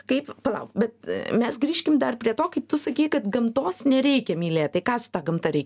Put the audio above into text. kaip palauk bet mes grįžkim dar prie to kaip tu sakei kad gamtos nereikia mylėt tai ką su ta gamta reik